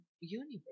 universe